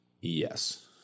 Yes